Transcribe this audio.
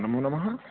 नमो नमः